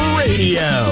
radio